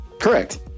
Correct